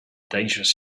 dangerous